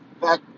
Back